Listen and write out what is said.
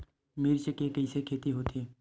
मिर्च के कइसे खेती होथे?